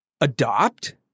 adopt